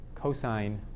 cosine